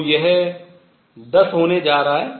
तो यह 10 होने जा रहा है